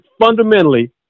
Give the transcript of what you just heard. fundamentally